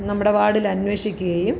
നമ്മുടെ വാർഡില് അന്വേഷിക്കുകയും